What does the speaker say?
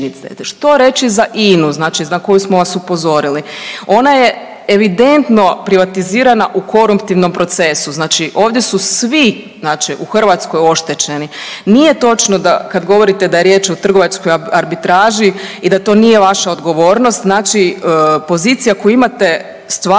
Što reći za INA-u, znači za koju smo vas upozorili? Ona je evidentno privatizirana u koruptivnom procesu, znači ovdje su svi, znači u Hrvatskoj oštećeni. Nije točno da, kad govorite da je riječ o trgovačkoj arbitraži i da to nije vaša odgovornost, znači pozicija koju imate stvarno